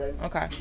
Okay